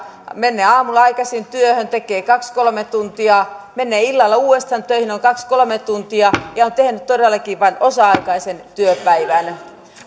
menee aamulla aikaisin työhön tekee kaksi viiva kolme tuntia menee illalla uudestaan töihin on kaksi viiva kolme tuntia ja on tehnyt todellakin vain osa aikaisen työpäivän